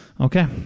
Okay